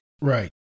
Right